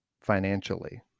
financially